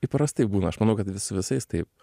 įprastai būna aš manau kad vis su visais taip